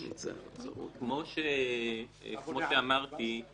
כמו שאמרתי,